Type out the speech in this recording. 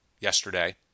yesterday